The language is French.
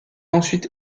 ensuite